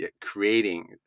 creating